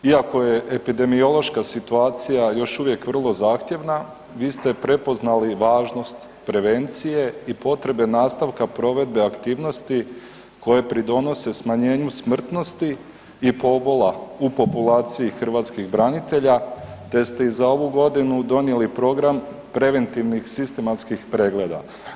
Iako je epidemiološka situacija još uvijek vrlo zahtjevna, vi ste prepoznali važnost prevencije i potrebe nastavka provedbe aktivnosti koje pridonose smanjenju smrtnosti i pobola u populaciji hrvatskih branitelja te ste ih za ovu godinu donijeli Program preventivnih sistematskih pregleda.